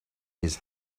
his